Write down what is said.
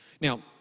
Now